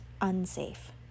unsafe